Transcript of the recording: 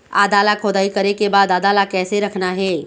आदा ला खोदाई करे के बाद आदा ला कैसे रखना हे?